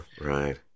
right